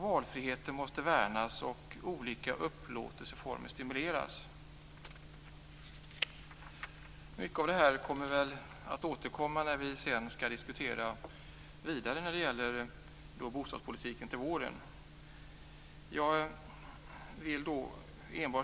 Valfriheten måste värnas och olika upplåtelseformer stimuleras. Mycket av detta återkommer väl när vi under våren skall fortsätta diskussionen om bostadspolitiken. Jag vill